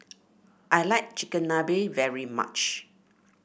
I like Chigenabe very much